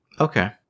Okay